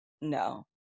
no